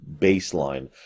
baseline